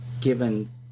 given